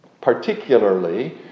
particularly